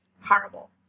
Horrible